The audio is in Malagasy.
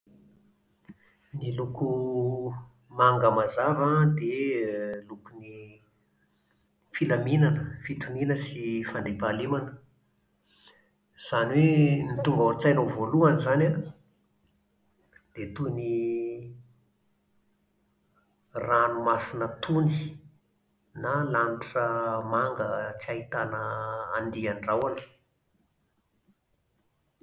Ny loko manga mazava an dia lokon'ny filaminana, fitoniana sy fandriam-pahalemana. Izany hoe ny tonga ao an-tsainao voalohany izany an, dia toy ny ranomasina tony, na lanitra manga tsy ahitana andian-drahona.